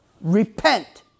Repent